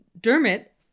Dermot